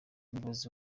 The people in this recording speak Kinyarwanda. ubuyobozi